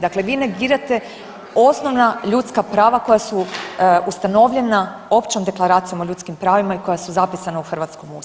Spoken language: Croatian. Dakle, vi negirate osnovna ljudska prava koja su ustanovljena Općom deklaracijom o ljudskim pravima i koja su zapisana u hrvatskom ustavu.